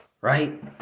Right